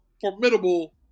formidable